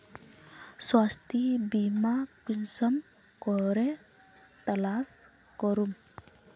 स्वास्थ्य बीमा कुंसम करे तलाश करूम?